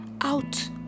out